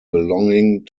belonging